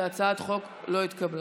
הצעת החוק לא התקבלה.